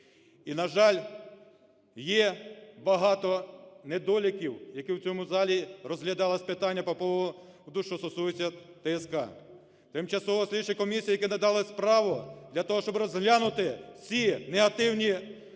І, на жаль, є багато недоліків, які… в цьому залі розглядалося питання по поводу, що стосується ТСК. Тимчасова слідча комісія, якій надалося право для того, щоб розглянути всі негативні